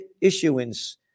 issuance